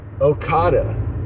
Okada